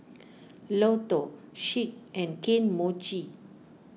Lotto Schick and Kane Mochi